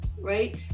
right